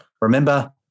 remember